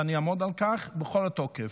ואני אעמוד על כך בכל התוקף: